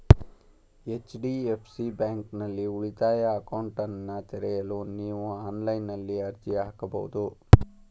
HDFC ಬ್ಯಾಂಕ್ನಲ್ಲಿ ಉಳಿತಾಯ ಅಕೌಂಟ್ನನ್ನ ತೆರೆಯಲು ನೀವು ಆನ್ಲೈನ್ನಲ್ಲಿ ಅರ್ಜಿ ಹಾಕಬಹುದು